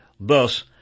Thus